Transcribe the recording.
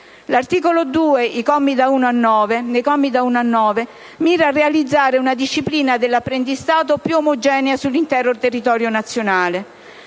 L'articolo 2, nei commi da 1 a 9, mira a realizzare una disciplina dell'apprendistato più omogenea sull'intero territorio nazionale.